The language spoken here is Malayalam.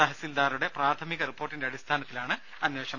തഹസിൽദാറുടെ പ്രാഥമിക റിപ്പോർട്ടിന്റെ അടിസ്ഥാനത്തിലാണ് അന്വേഷണം